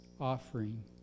offering